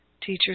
teachers